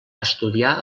estudiar